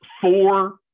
four